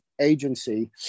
agency